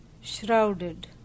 shrouded